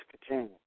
continue